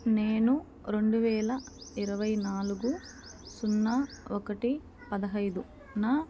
నేను రెండు వేల ఇరువై నాలుగు సున్నా ఒకటి పదహైదు నా